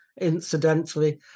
incidentally